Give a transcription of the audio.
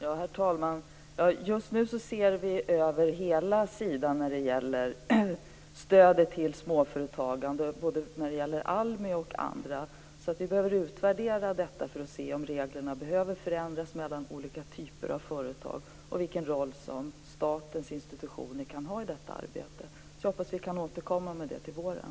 Herr talman! Just nu ser vi över hela frågan om stöd till småföretagande, både när det gäller ALMI och andra, så vi behöver utvärdera detta för att se om reglerna behöver förändras mellan olika typer av företag och vilken roll som statens institutioner kan ha i detta arbete. Jag hoppas att vi kan återkomma med det till våren.